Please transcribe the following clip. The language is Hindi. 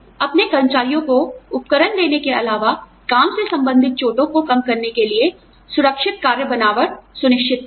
अपने कर्मचारियों को उपकरण देने के अलावा काम से संबंधित चोटों को कम करने के लिए सुरक्षित कार्य बनावट सुनिश्चित करना